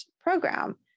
program